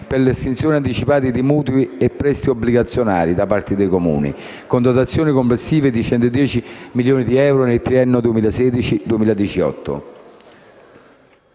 per l'estinzione anticipata di mutui e prestiti obbligazionari da parte dei Comuni, con una dotazione complessiva di 110 milioni di euro per il triennio 2016-2018.